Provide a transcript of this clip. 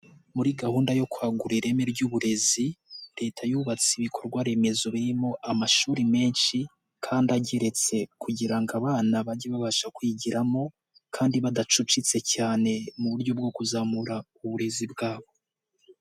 Muri gahunda yo kwagura ireme ry'uburezi leta yubatse ibikorwa remezo birimo amashuri menshi kandi ageretse kugira ngo abana bajye babasha kwigiramo kandi badacucitse cyane mu buryo bwo kuzamura uburezi bwabo.